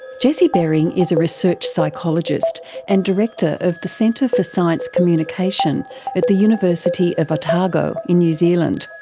jesse bering is a research psychologist and director of the centre for science communication at the university of otago in new zealand.